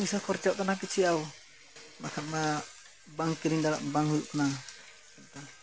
ᱯᱚᱭᱥᱟ ᱠᱷᱚᱨᱪᱟᱜ ᱠᱟᱱᱟ ᱠᱤᱪᱷᱩ ᱵᱟᱠᱷᱟᱱ ᱢᱟ ᱵᱟᱝ ᱠᱤᱨᱤᱧ ᱫᱟᱲᱮᱭᱟᱜ ᱵᱟᱝ ᱦᱩᱭᱩᱜ ᱠᱟᱱᱟ ᱚᱱᱠᱟ